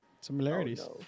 Similarities